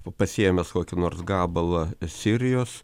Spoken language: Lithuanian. pasiėmęs kokį nors gabalą sirijos